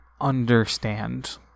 understand